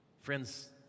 Friends